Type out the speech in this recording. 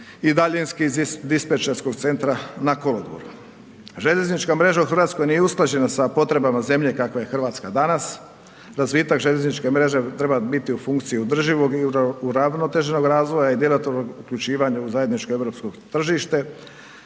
i daljinski iz dispečerskog centra na kolodvoru. Željeznička mreža u Hrvatskoj nije usklađena sa potrebama zemlje kakva je Hrvatska danas. Razvitak željezničke mreže treba biti u funkciji održivog i uravnoteženog razvoja i djelatno upućivanje u zajedničko europsko tržište